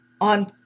on